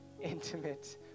intimate